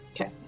Okay